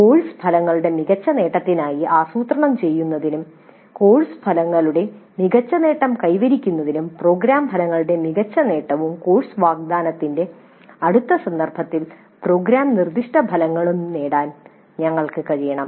അതിനാൽ കോഴ്സ് ഫലങ്ങളുടെ മികച്ച നേട്ടത്തിനായി ആസൂത്രണം ചെയ്യുന്നതിനും കോഴ്സ് ഫലങ്ങളുടെ മികച്ച നേട്ടം കൈവരിക്കുന്നതിനും പ്രോഗ്രാം ഫലങ്ങളുടെ മികച്ച നേട്ടവും കോഴ്സ് വാഗ്ദാനത്തിന്റെ അടുത്ത സന്ദർഭത്തിൽ പ്രോഗ്രാം നിർദ്ദിഷ്ട ഫലങ്ങളും നേടാൻ ഞങ്ങൾക്ക് കഴിയണം